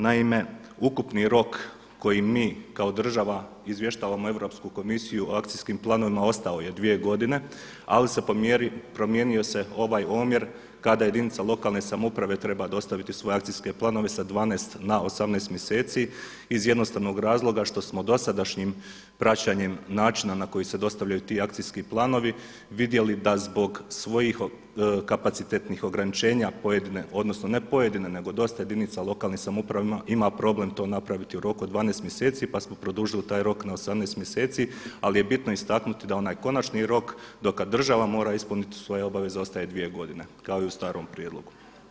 Naime, ukupni rok koji mi kao država izvještavamo Europsku komisiju o akcijskim planovima ostao je 2 godine ali se promijenio ovaj omjer kada jedinica lokalne samouprave treba dostaviti svoje akcijske planove sa 12 na 18 mjeseci iz jednostavnog razloga što smo dosadašnjim praćenjem načina na koji se dostavljaju ti akcijski planovi vidjeli da zbog svojih kapacitetnih ograničenja pojedine odnosno ne pojedine nego dosta jedinica lokalne samouprave ima problem to napraviti u roku od 12 mjeseci pa smo produžili taj rok na 18 mjeseci, ali je bitno istaknuti da onaj konačni rok do kada država mora ispuniti svoje obaveze ostaje dvije godine kao i u starom prijedlogu.